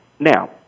Now